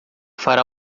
fará